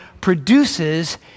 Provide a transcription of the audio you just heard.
produces